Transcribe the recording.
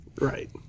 Right